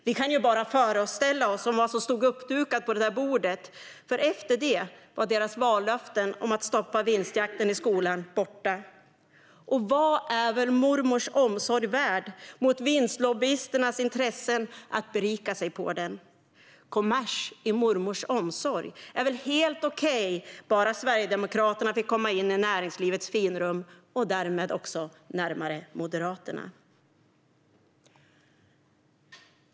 Vi kan bara föreställa oss vad som stod uppdukat på det där bordet, för efter det var deras vallöften om att stoppa vinstjakten i skolan borta. Och vad är väl mormors omsorg värd mot vinstlobbyisternas intressen att berika sig på den? Kommers i mormors omsorg var helt okej bara Sverigedemokraterna fick komma in i näringslivets finrum och därmed också närmare Moderaterna.